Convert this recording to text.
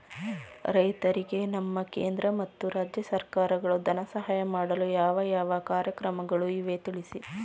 ರೈತರಿಗೆ ನಮ್ಮ ಕೇಂದ್ರ ಮತ್ತು ರಾಜ್ಯ ಸರ್ಕಾರಗಳು ಧನ ಸಹಾಯ ಮಾಡಲು ಯಾವ ಯಾವ ಕಾರ್ಯಕ್ರಮಗಳು ಇವೆ ತಿಳಿಸಿ?